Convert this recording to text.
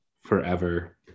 forever